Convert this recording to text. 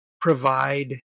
provide